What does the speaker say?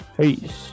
Peace